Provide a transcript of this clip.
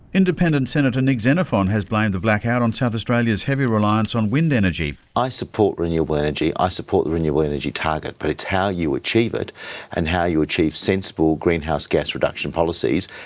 independent senator nick xenophon has blamed the blackout on south australia's heavy reliance on wind energy. i support renewable energy, i ah support the renewable energy target, but it's how you achieve it and how you achieve sensible greenhouse gas reduction policies.